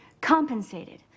compensated